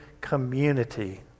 community